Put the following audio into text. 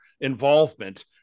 involvement